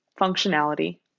functionality